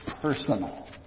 personal